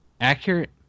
accurate